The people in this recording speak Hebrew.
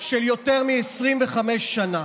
של יותר מ-25 שנה.